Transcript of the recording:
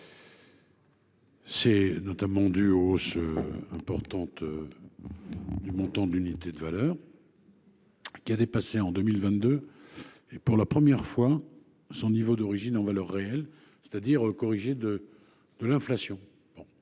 est notamment due à la hausse du montant de l'unité de valeur, qui a dépassé en 2022, pour la première fois, son niveau d'origine en valeur réelle, c'est-à-dire corrigée de l'inflation.